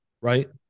right